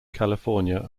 california